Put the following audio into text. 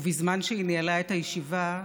ובזמן שהיא ניהלה את הישיבה,